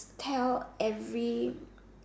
tell every